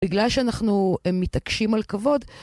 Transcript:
בגלל שאנחנו מתעקשים על כבוד.